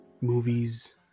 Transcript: movies